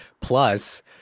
Plus